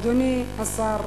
אדוני השר,